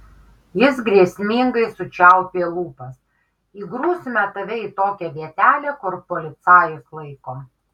jis grėsmingai sučiaupė lūpas įgrūsime tave į tokią vietelę kur policajus laikom